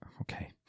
Okay